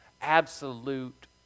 absolute